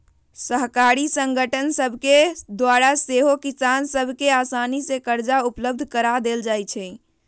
सहकारी संगठन सभके द्वारा सेहो किसान सभ के असानी से करजा उपलब्ध करा देल जाइ छइ